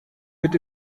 wird